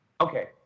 okay